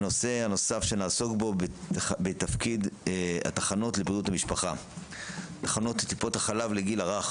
הנושא הנוסף שנעסוק בו הוא תפקיד תחנות טיפול החלב לגיל הרך